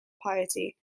piety